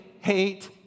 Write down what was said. hate